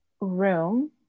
room